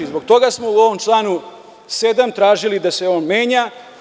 Zbog toga smo u ovom članu 7. tražili da se on menja.